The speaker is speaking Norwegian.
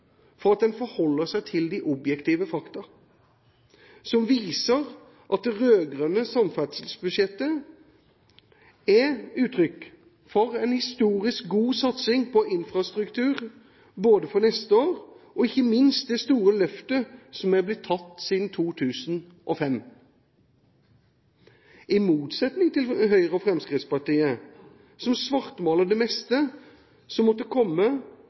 for at de forholder seg til de objektive fakta som viser at det rød-grønne samferdselsbudsjettet er et uttrykk for en historisk god satsing på infrastruktur, for neste år, og ikke minst det store løftet som er blitt tatt siden 2005 – i motsetning til Høyre og Fremskrittspartiet som svartmaler det meste som måtte komme